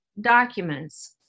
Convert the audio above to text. documents